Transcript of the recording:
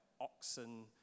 oxen